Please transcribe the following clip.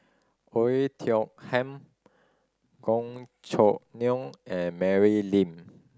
Oei Tiong Ham Gan Choo Neo and Mary Lim